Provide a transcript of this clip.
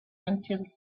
until